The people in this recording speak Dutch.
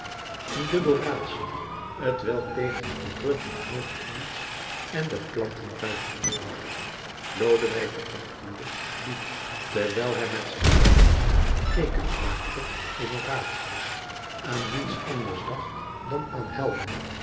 een dubbel raadsel t welk tevens de brug van austerlitz en den plantentuin verborg lodewijk xviii die terwijl hij met zijn nagels teekens maakte in horatius aan niets anders dacht dan aan helden